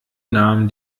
nahm